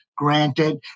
Granted